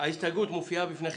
את ההסתייגויות של מרצ,